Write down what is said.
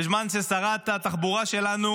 בזמן ששרת התחבורה שלנו,